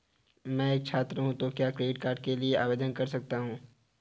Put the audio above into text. मैं एक छात्र हूँ तो क्या क्रेडिट कार्ड के लिए आवेदन कर सकता हूँ?